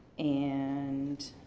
and